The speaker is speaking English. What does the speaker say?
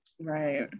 Right